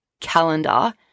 calendar